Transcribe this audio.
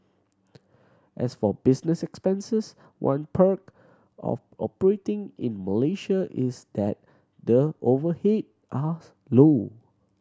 as for business expenses one perk of operating in Malaysia is that the overhead are low